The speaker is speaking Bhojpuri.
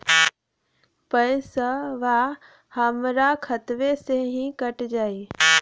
पेसावा हमरा खतवे से ही कट जाई?